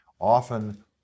often